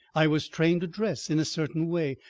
i was trained to dress in a certain way,